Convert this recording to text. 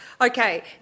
Okay